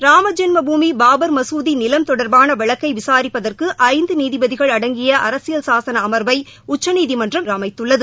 ராமஜென்ம பூமி பாபர் மசூதி நிலம் தொடர்பான வழக்கை விசாரிப்பதற்கு ஐந்து நீதிபதிகள் அடங்கிய அரசியல் சாசன அமர்வை உச்சநீதிமன்றம் அமைத்துள்ளது